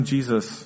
Jesus